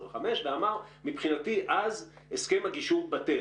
ואמר, מבחינתי אז הסכם הגישור בטל.